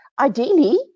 ideally